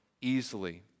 easily